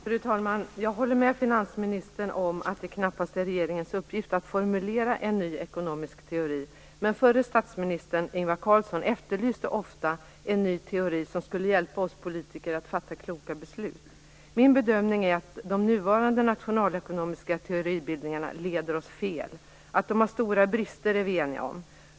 Fru talman! Jag håller med finansministern om att det knappast är regeringens uppgift att formulera en ny ekonomisk teori. Men förre statsministern Ingvar Carlsson efterlyste ofta en ny teori som skulle hjälpa oss politiker att fatta kloka beslut. Min bedömning är att de nuvarande nationalekonomiska teoribildningarna leder oss fel. Att de har stora brister är vi eniga om.